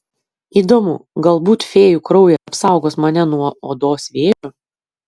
įdomu galbūt fėjų kraujas apsaugos mane nuo odos vėžio